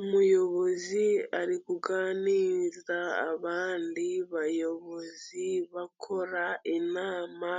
Umuyobozi ari kuganiriza abandi bayobozi bakora inama,